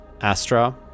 Astra